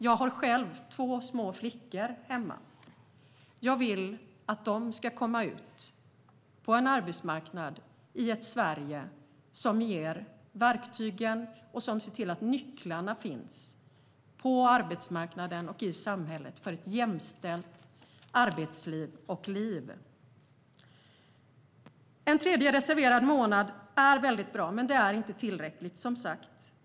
Jag har själv två små flickor hemma. Jag vill att de ska komma ut på en arbetsmarknad i ett Sverige som ger verktygen och som ser till att nycklarna finns på arbetsmarknaden och i samhället för ett jämställt arbetsliv och liv. En tredje reserverad månad är mycket bra, men det är inte tillräckligt.